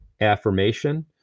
affirmation